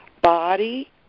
body